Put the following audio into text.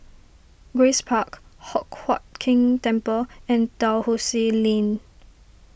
Grace Park Hock Huat Keng Temple and Dalhousie Lane